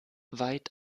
weit